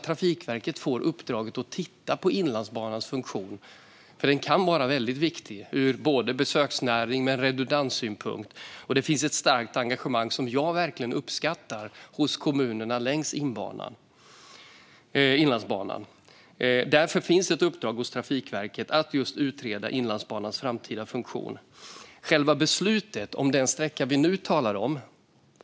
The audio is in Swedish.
Trafikverket får uppdraget att titta på Inlandsbanans funktion. Den kan vara väldigt viktig för både besöksnäring och ur redundanssynpunkt. Det finns ett starkt engagemang som jag verkligen uppskattar hos kommunerna längs Inlandsbanan. Därför finns ett uppdrag hos Trafikverket att just utreda Inlandsbanans framtida funktion. Sedan gäller det själva beslutat om den sträcka vi nu talar om.